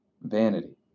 vanity